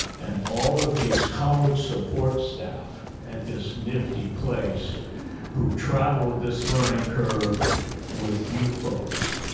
and all of these college support staff at this nifty place who traveled this learning curve with you folks.